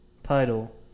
Title